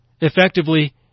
Effectively